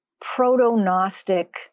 proto-Gnostic